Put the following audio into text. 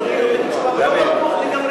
אדוני נותן תשובה ולא בטוח לגמרי בתשובתו,